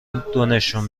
دونشون